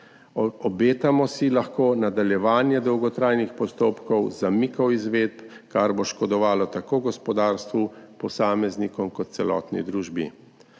Obetamo si lahko nadaljevanje dolgotrajnih postopkov, zamikov izvedb, kar bo škodovalo tako gospodarstvu, posameznikom kot celotni družbi.